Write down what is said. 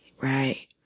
right